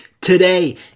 today